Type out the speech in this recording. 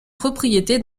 propriété